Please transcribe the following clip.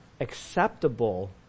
acceptable